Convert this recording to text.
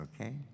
okay